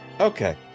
Okay